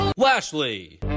Lashley